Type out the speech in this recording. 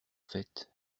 faite